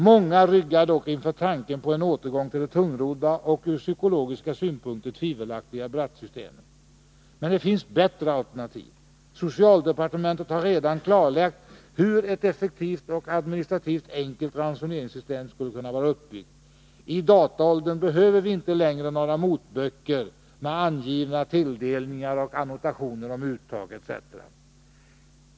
Många ryggar dock inför tanken på en återgång till det tungrodda och ur psykologiska synpunkter tvivelaktiga Bratt-systemet. Men det finns bättre alternativ. Socialdepartementet har redan klarlagt hur ett effektivt och administrativt enkelt ransoneringssystem skulle kunna vara uppbyggt. I dataåldern behöver vi inte längre några motböcker med angivna tilldelningar och annotationer om uttag etc.